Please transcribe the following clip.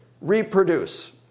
reproduce